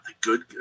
good